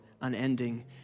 unending